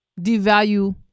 devalue